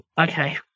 okay